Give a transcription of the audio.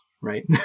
Right